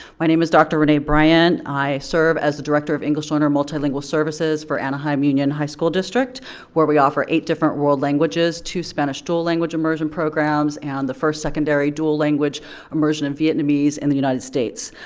my name is dr. renae bryant, i serve as the director of english learner multilingual services for anaheim union high school district where we offer eight different world languages, two spanish dual language immersion programs, and the first secondary dual language immersion in vietnamese in the united states.